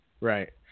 Right